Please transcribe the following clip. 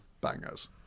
bangers